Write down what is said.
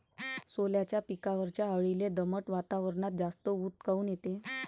सोल्याच्या पिकावरच्या अळीले दमट वातावरनात जास्त ऊत काऊन येते?